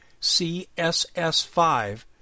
CSS5